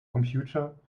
computer